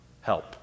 help